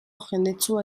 jendetsua